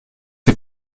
ses